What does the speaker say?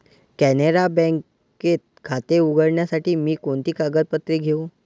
कॅनरा बँकेत खाते उघडण्यासाठी मी कोणती कागदपत्रे घेऊ?